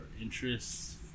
interests